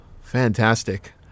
Fantastic